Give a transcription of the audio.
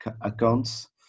accounts